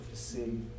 see